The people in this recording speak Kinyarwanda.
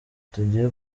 tugiye